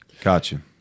gotcha